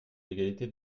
l’égalité